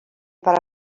per